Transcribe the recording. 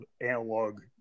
analog